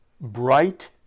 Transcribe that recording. bright